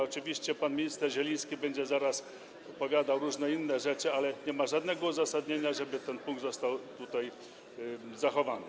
Oczywiście pan minister Zieliński będzie zaraz opowiadał różne inne rzeczy, ale nie ma żadnego uzasadnienia, żeby ten punkt został zachowany.